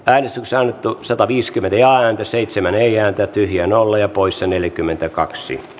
äänestysralli tuotti sataviisikymmentä ja seitsemän kieltäytyi hienolla ja poissa neljäkymmentäkaksi